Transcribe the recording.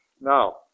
Now